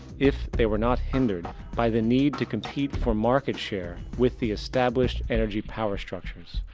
if they were not hindered by the need to compete for market share with the established energy power structures.